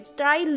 try